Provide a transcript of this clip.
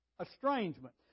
Estrangement